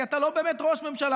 כי אתה לא באמת ראש ממשלה,